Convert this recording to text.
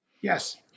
yes